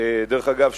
דרך אגב,